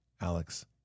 Alex